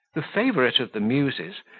the favourite of the muses,